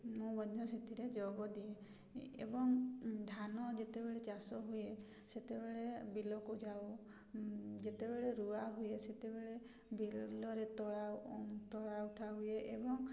ମୁଁ ମଧ୍ୟ ସେଥିରେ ଯୋଗ ଦିଏ ଏବଂ ଧାନ ଯେତେବେଳେ ଚାଷ ହୁଏ ସେତେବେଳେ ବିଲକୁ ଯାଉ ଯେତେବେଳେ ରୁଆ ହୁଏ ସେତେବେଳେ ବିଲରେ ତଳା ତଳା ଉଠାହୁଏ ଏବଂ